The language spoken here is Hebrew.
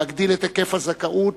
להגדיל את היקף הזכאות